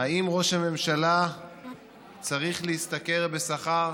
אם ראש הממשלה צריך להשתכר שכר